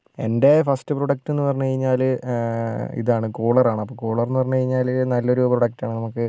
എൻ്റെ first product എന്ന് പറഞ്ഞ് കഴിഞ്ഞാൽ ഇതാണ് കൂളർ ആണ് അപ്പോൾ കൂളർ എന്ന് പറഞ്ഞ് കഴിഞ്ഞാൽ നല്ലൊരു പ്രോഡക്റ്റാണ് നമുക്ക്